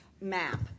map